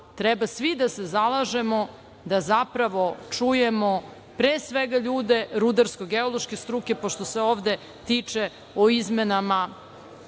treba da se svi zalažemo da zapravo čujemo pre svega ljude rudarsko-geološke struke, pošto se ovde tiče o izmenama